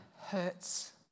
hurts